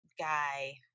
guy